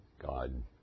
God